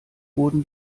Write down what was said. wurden